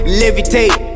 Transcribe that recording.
levitate